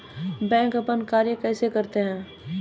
Bank अपन कार्य कैसे करते है?